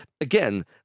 again